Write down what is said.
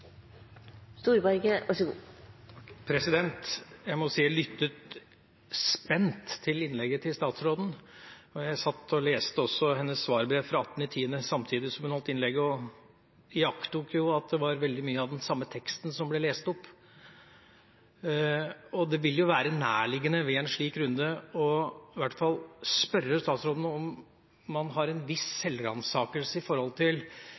Jeg må si jeg lyttet spent til innlegget til statsråden. Jeg satt og leste hennes svarbrev fra 15. oktober samtidig som hun holdt innlegget, og iakttok at det var veldig mye av den samme teksten som ble lest opp. Det vil jo være nærliggende ved en slik runde å spørre statsråden om man har en viss selvransakelse når det gjelder den frarådingen som kom til